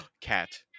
cat